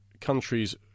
countries